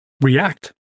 react